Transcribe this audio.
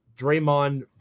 Draymond